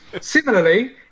Similarly